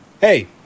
Hey